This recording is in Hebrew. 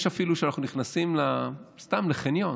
אפילו כשאנחנו נכנסים סתם לחניון,